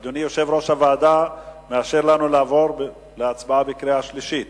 אדוני יושב-ראש הוועדה מאפשר לנו לעבור להצבעה בקריאה השלישית?